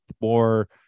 more